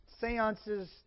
seances